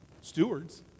stewards